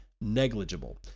negligible